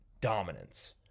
dominance